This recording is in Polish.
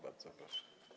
Bardzo proszę.